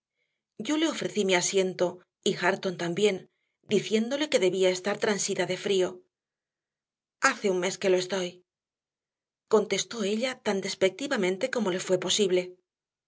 yo le ofrecí mi asiento y hareton también diciéndole que debía estar transida de frío hace un mes que lo estoy contestó ella tan despectivamente como le fue posible